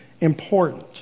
important